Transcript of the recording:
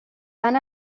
van